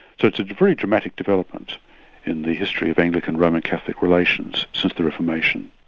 so it's a very dramatic development in the history of anglican-roman catholic relations since the reformation.